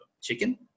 chicken